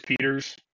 Peters